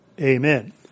amen